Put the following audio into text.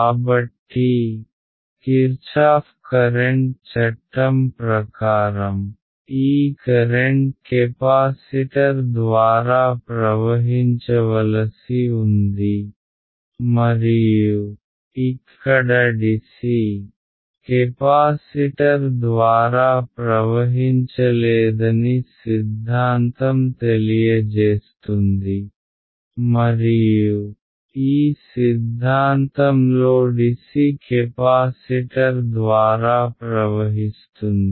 కాబట్టి Kirchhoff current చట్టం ప్రకారం ఈ కరెంట్ కెపాసిటర్ ద్వారా ప్రవహించవలసి ఉంది మరియు ఇక్కడ డిసి కెపాసిటర్ ద్వారా ప్రవహించలేదని సిద్ధాంతం తెలియజేస్తుంది మరియు ఈ సిద్ధాంతంలో డిసి కెపాసిటర్ ద్వారా ప్రవహిస్తుంది